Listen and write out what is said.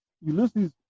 Ulysses